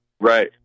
Right